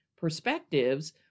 perspectives